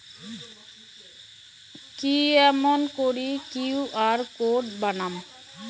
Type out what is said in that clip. কেমন করি QR code বানাম?